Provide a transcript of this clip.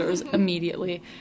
immediately